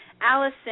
Allison